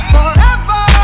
Forever